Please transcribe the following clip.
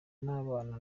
n’abana